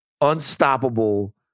unstoppable